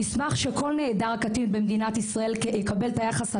נשמח שכל נעדר קטין במדינת ישראל יקבל את היחס המתאים.